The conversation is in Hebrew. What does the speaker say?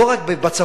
לא רק בצפון,